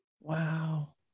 Wow